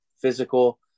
physical